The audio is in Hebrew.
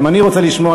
גם אני רוצה לשמוע.